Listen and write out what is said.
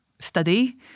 study